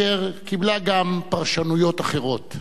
אשר קיבלה גם פרשנויות אחרות.